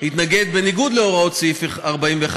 התנהג בניגוד להוראות סעיף 41,